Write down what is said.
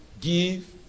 Give